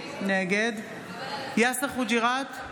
נגד יאסר חוג'יראת,